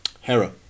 Hera